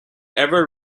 ever